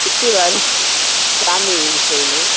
சுற்றி வர சாமி கோயில்